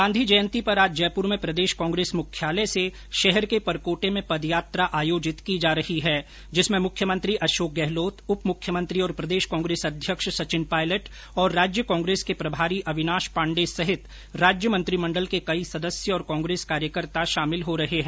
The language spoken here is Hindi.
गांधी जयंती पर आज जयपुर में प्रदेश कांग्रेस मुख्यालय से शहर के परकोटे में पदयात्रा आयोजित की जा रही है जिसमें मुख्यमंत्री अशोक गहलोत उप मुख्यमंत्री और प्रदेश कांग्रेस अध्यक्ष सचिन पायलट और राज्य कांग्रेस के प्रभारी अविनाश पाण्डे सहित राज्य मंत्रीमंडल के कई सदस्य और कांग्रेस कार्यकर्ता शामिल हो रहे है